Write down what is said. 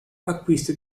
acquista